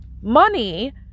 Money